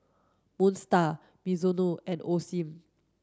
Moon Star Mizuno and Osim